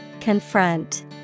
Confront